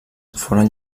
foren